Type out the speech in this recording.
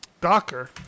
Docker